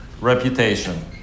reputation